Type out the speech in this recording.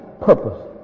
purpose